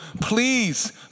Please